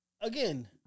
again